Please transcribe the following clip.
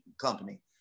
company